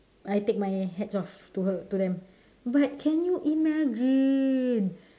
I take my hats off to her to them but can you imagine